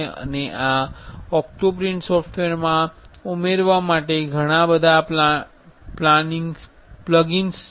અને આ ઓક્ટોપ્રિન્ટ સોફ્ટવેરમાં ઉમેરવા માટે ઘણા બધા પ્લગીન્સ છે